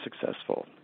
successful